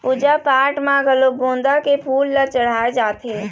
पूजा पाठ म घलोक गोंदा के फूल ल चड़हाय जाथे